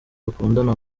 dukundana